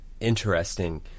interesting